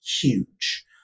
huge